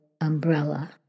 umbrella